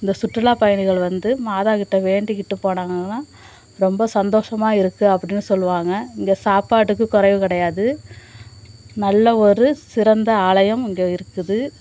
இந்த சுற்றுலா பயணிகள் வந்து மாதாக்கிட்ட வேண்டிக்கிட்டு போனாங்கன்னாள் ரொம்ப சந்தோஷமாக இருக்குது அப்படின்னு சொல்லுவாங்க இங்க சாப்பாட்டுக்கு குறைவு கிடையாது நல்ல ஒரு சிறந்த ஆலயம் இங்கே இருக்குது